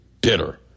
bitter